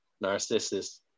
Narcissus